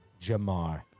Jamar